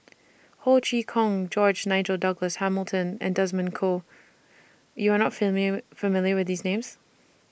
Ho Chee Kong George Nigel Douglas Hamilton and Desmond Kon YOU Are not familiar with These Names